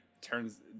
turns